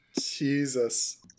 Jesus